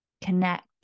connect